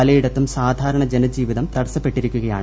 പലയിടത്തും സാധാരണ ജനജീവിതം തടസ്സപ്പെട്ടിരിക്കുകയാണ്